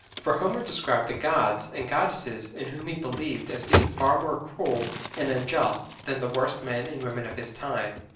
for homer described the gods and goddesses in whom he believed as being far more cruel and unjust than the worst men and women of his time.